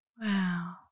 Wow